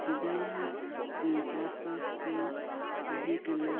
ᱥᱮᱫᱟᱭᱟᱜ ᱪᱟᱥᱵᱟᱥ ᱫᱚ ᱛᱟᱸᱦᱮ ᱠᱟᱱᱟ